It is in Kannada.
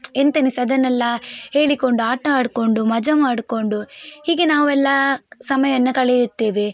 ಎಂತೆನಿಸು ಅದನ್ನೆಲ್ಲಾ ಹೇಳಿಕೊಂಡು ಆಟ ಆಡಿಕೊಂಡು ಮಜಾ ಮಾಡಿಕೊಂಡು ಹೀಗೆ ನಾವೆಲ್ಲ ಸಮಯವನ್ನು ಕಳೆಯುತ್ತೇವೆ